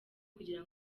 kugira